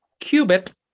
qubit